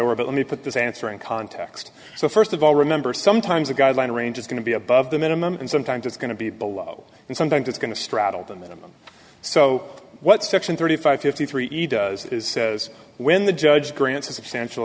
were but let me put this answer in context so first of all remember sometimes a guideline range is going to be above the minimum and sometimes it's going to be below and sometimes it's going to straddle the minimum so what section thirty five fifty three each does is says when the judge grants